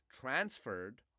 transferred